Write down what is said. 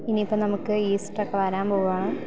ഇനി ഇപ്പം നമുക്ക് ഈസ്റ്ററൊക്കെ വരാൻ പോവുകയാണ്